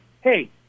Hey